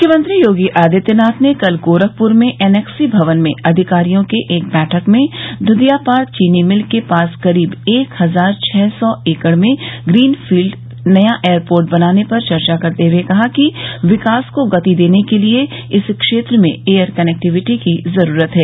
मुख्यमंत्री योगी आदित्यनाथ ने कल गोरखपुर में एनेक्सी भवन में अधिकारियों के एक बैठक में धुरियापार चीनी मिल के पास करीब एक हजार छः सौ एकड़ में ग्रीन फील्ड नया एयरपोर्ट बनाने पर चर्चा करते हुए कहा कि विकास को गति देने के लिए इस क्षेत्र में एयर कनेक्टिविटी की जरूरत है